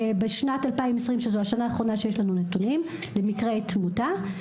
בשנת 2020 שזו השנה האחרונה שיש לנו נתונים למקרי תמותה,